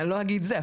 אני לא אגיד זה.